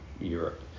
Europe